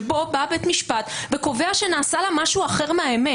שבו בא בית משפט וקובע שנעשה לה משהו אחר מהאמת,